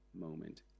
moment